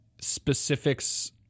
specifics